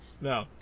No